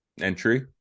entry